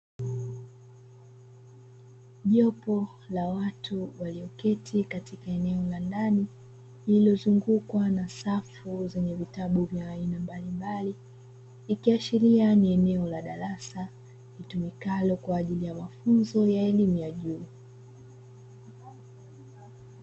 Jopo la watu walioketi katika eneo la ndani lililozungukwa na safu la vitabu vya aina mbalimbali, ikiashiria ni eneo la darasa litumikalo kwa ajili ya mafunzo ya elimu ya juu.